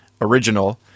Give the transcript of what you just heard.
original